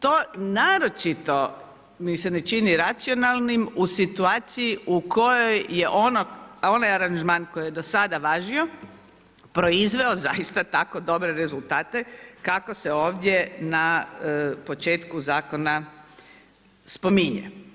To naročito mi se ne čini racionalnim u situaciji u kojoj je onaj aranžman koji je do sada važio proizveo zaista tako dobre rezultate kako se ovdje na početku zakona spominje.